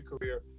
career